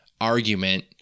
argument